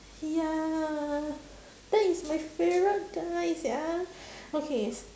ya that is my favourite guy sia okay